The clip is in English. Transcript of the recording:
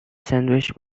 sandwich